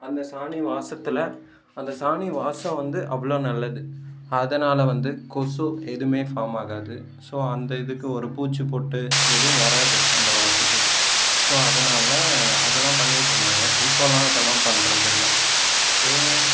அந்த சாணி வாசத்தில் அந்த சாணி வாசம் வந்து அவ்வளோ நல்லது அதனால் வந்து கொசு எதுவுமே ஃபார்ம் ஆகாது ஸோ அந்த இதுக்கு ஒரு பூச்சி பொட்டு எதுவும் வராது அந்த வாசத்துக்கு ஸோ அதனால் அதெலாம் பண்ணிகிட்ருந்தாங்க இப்போது அதெலாம் பண்றதில்லை ஸோ